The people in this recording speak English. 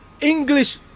English